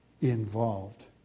involved